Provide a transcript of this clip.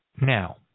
Now